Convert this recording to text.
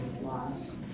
loss